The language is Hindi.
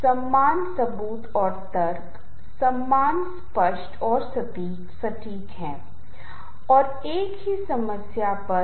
तो संगीत एक ऐसी चीज है जो आपको उस दिशा में भी मदद कर सकती है